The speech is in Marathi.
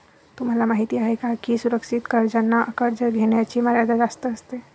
तुम्हाला माहिती आहे का की सुरक्षित कर्जांना कर्ज घेण्याची मर्यादा जास्त असते